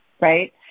right